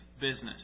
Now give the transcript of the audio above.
business